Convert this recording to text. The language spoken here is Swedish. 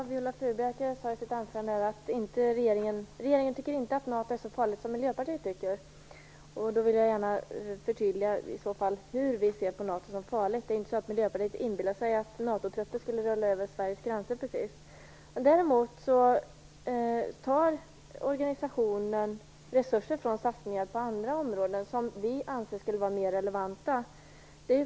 Herr talman! Viola Furubjelke sade i sitt anförande att regeringen inte tycker att NATO är så farligt som Miljöpartiet tycker. Då vill jag gärna förtydliga varför vi ser på NATO som farligt. Det är inte precis så att Miljöpartiet inbillar sig att NATO-trupper skulle rulla över Sveriges gränser. Däremot tar organisationen resurser från satsningar på andra områden och som vi anser skulle vara mer relevanta.